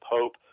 Pope